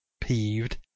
Peeved